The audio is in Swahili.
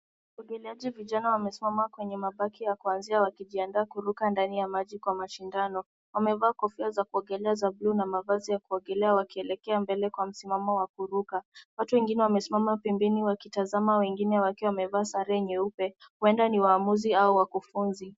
Waogeleaji vijana wamesimama kwenye mabaki ya kuanzia wakijiandaa kuruka ndani ya maji kwa mashindano, wamevaa kofia za kuogelea za blue na mavazi ya kuogelea wakielekea mbele kwa msimamo wa kuruka. Watu wengine wamesimama pembeni wakitazama wengine wakiwa wamevaa sare nyeupe, huenda ni waamuzi, au wakufunzi.